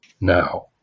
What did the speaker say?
now